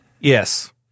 Yes